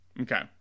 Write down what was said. okay